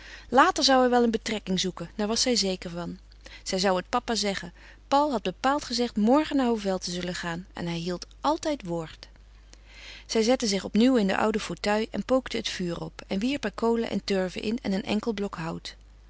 later zou hij wel een betrekking zoeken daar was zij zeker van zij zou het papa zeggen paul had bepaald gezegd morgen naar hovel te zullen gaan en hij hield altijd woord zij zette zich opnieuw in den ouden fauteuil en pookte het vuur op en wierp er kolen en turven in en een enkel blok hout